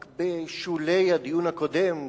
רק בשולי הדיון הקודם,